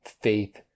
faith